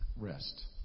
rest